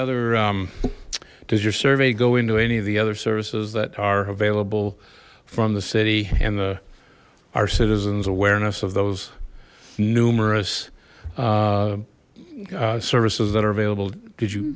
other does your survey go into any of the other services that are available from the city and the our citizens awareness of those numerous services that are available did you